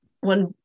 one